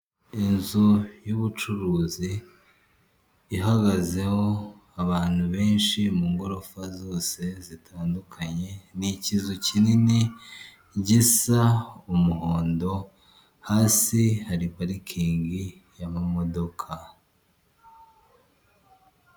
Inzu y'ubucuruzi, ihagazeho abantu benshi mu gorofa zose zitandukanye, ni ikizu kinini gisa umuhondo hasi hari parikingi y'amamodoka.